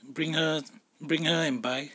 bring her bring her and buy